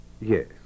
Yes